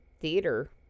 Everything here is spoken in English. theater